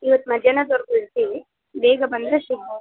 ಇವತ್ತು ಮಧ್ಯಾಹ್ನದ್ವರ್ಗೂ ಇರ್ತೀವಿ ಬೇಗ ಬಂದರೆ ಸಿಕ್